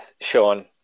Sean